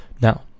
now